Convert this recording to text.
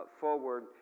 Forward